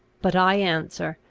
but i answer,